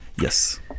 Yes